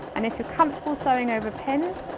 and if you're comfortable sewing over pins,